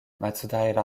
matsudaira